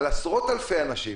על עשרות אלפי אנשים